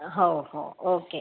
हो हो ओके